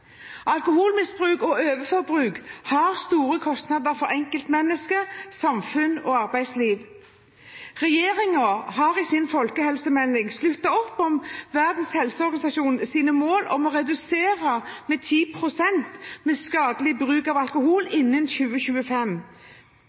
Alkoholmisbruk og overforbruk har store kostnader for enkeltmenneske, samfunn og arbeidsliv. Regjeringen har i sin folkehelsemelding sluttet opp om Verdens helseorganisasjons mål om å redusere omfanget av skadelig bruk av alkohol med 10 pst. innen 2025.